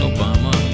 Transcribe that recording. Obama